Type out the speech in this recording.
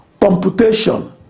computation